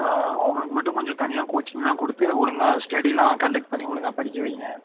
ஆ அவங்களுக்கு மட்டும் கொஞ்சம் தனியாக கோச்சிங்லாம் கொடுத்து ஒழுங்கா ஸ்டெடிலான் கண்டெக்ட் பண்ணி ஒழுங்கா படிக்க வையுங்க